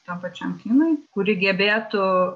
tam pačiam kinui kuri gebėtų